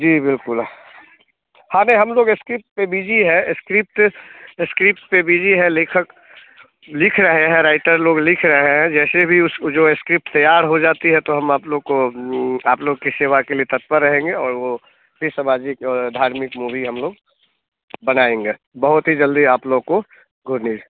जी बिल्कुल हमें हम लोग स्क्रिप्ट पर बिजी है स्क्रिप्ट स्क्रिप्ट्स पर बिजी हैं लेखक लिख रहे हैं राइटर लोग लिख रहे हैं जैसे भी उस जो है स्क्रिप्ट तैयार हो जाती है तो हम आप लोग को आप लोग की सेवा के लिए तत्पर रहेंगे और वो फिर सामाजिक धार्मिक मूवी हम लोग बनाएँगे बहुत ही जल्दी आप लोग को